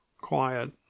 quiet